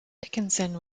dickinson